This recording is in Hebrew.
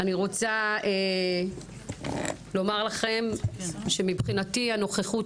אני רוצה לומר לכם שמבחינתי הנוכחות